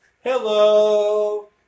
Hello